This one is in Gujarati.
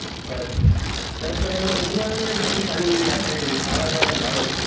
અચ્છા સાહેબ પણ એમાં બધું આવી જશે કે ખાલી આપણે આાવા જવાનું ભાડું જ